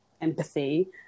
empathy